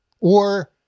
Or-